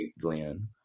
Glenn